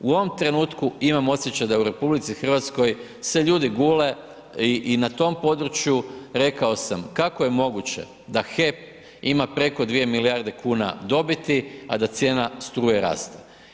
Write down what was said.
U ovom trenutku imam osjećaj da u RH se ljudi gule i na tom području, rekao sam, kako je moguće da HEP ima preko 2 milijarde kuna dobiti, a da cijena struje raste.